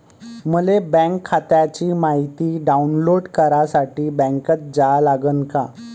मले बँक खात्याची मायती डाऊनलोड करासाठी बँकेत जा लागन का?